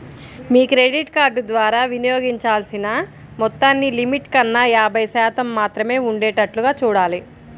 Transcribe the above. మీ credit card ద్వారా వినియోగించాల్సిన మొత్తాన్ని లిమిట్ కన్నా యాభై శాతం మాత్రమే ఉండేటట్లుగా చూడాలి